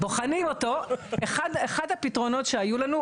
אחד הפתרונות שהיו לנו,